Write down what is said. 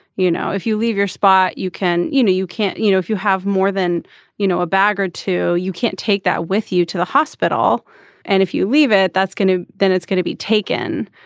you know if you leave your spot you can you know you can't you know if you have more than you know a bag or two you can't take that with you to the hospital and if you leave it that's going to then it's going to be taken.